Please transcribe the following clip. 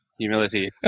Humility